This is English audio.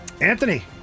Anthony